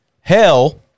hell